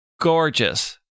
Gorgeous